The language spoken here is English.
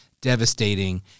devastating